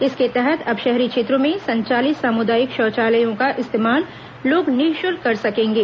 इसके तहत अब शहरी क्षेत्रों में संचालित सामुदायिक शौचालयों का इस्तेमाल लोग निःशुल्क कर सकेंगे